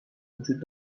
وجود